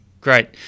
Great